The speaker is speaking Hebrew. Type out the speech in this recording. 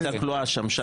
שהייתה כלואה שם.